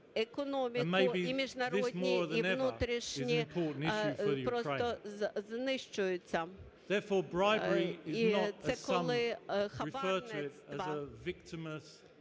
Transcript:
економіку і міжнародні, і внутрішні просто знищуються. І це, коли хабарництво,